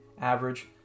average